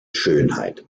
schönheit